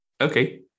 Okay